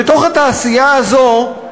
בתוך התעשייה הזאת,